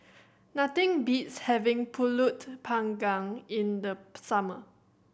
nothing beats having Pulut Panggang in the summer